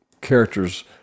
characters